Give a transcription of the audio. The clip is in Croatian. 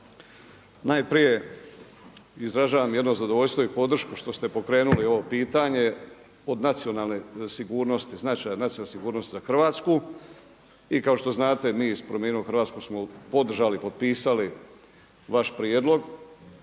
Najprije izražavam jedno zadovoljstvo i podršku što ste pokrenuli ovo pitanje od nacionalne sigurnosti, značaja, nacionalne sigurnosti za Hrvatsku i kao što znate mi iz Promijenimo Hrvatsku smo podržali, potpisali vaš prijedlog